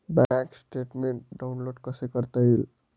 Bank statement download कसे करता येईल?